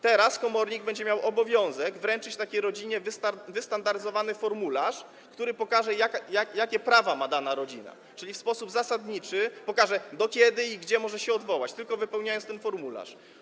Teraz komornik będzie miał obowiązek wręczyć takiej rodzinie wystandaryzowany formularz, który pokaże, jakie prawa ma dana rodzina, czyli zasadniczo pokaże, do kiedy i gdzie może się odwołać, tylko wypełniając ten właśnie formularz.